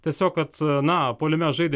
tiesiog kad na puolime žaidė